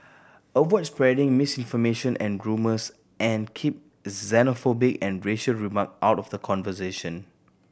avoid spreading misinformation and and keep xenophobia and racial remark out of the conversation